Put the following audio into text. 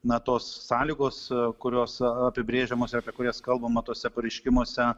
na tos sąlygos kurios apibrėžiamos apie kurias kalbama tuose pareiškimuose